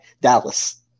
Dallas